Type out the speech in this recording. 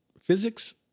Physics